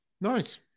Nice